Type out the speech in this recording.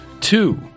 two